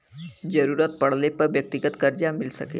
जरूरत पड़ले पर व्यक्तिगत करजा मिल सके